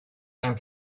time